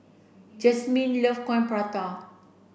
Jasmyn love coin prata